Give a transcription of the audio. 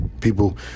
People